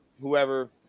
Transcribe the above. whoever